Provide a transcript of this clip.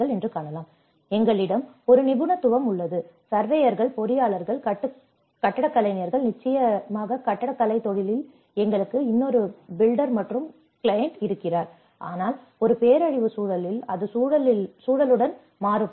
எனவே எங்களிடம் ஒரு நிபுணத்துவம் உள்ளது சர்வேயர்கள் பொறியாளர்கள் கட்டடக் கலைஞர்கள் நிச்சயமாக கட்டடக்கலைத் தொழிலில் எங்களுக்கு இன்னொருவர் பில்டர் மற்றும் கிளையண்ட் இருக்கிறார் ஆனால் ஒரு பேரழிவு சூழலில் அது சூழலில் சூழலுடன் மாறுபடும்